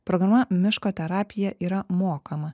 programa miško terapija yra mokama